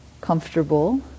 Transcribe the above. comfortable